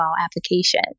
application